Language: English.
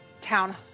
town